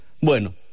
Bueno